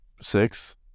six